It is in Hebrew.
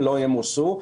לא ימוסו.